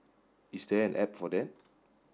is there an app for that